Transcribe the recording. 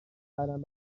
خرم